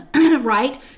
right